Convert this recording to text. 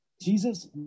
Jesus